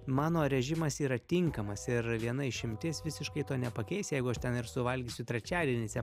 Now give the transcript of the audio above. mano režimas yra tinkamas ir viena išimtis visiškai to nepakeis jeigu aš ten ir suvalgysiu trečiadieniais ją